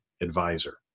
advisor